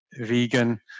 vegan